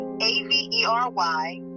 A-V-E-R-Y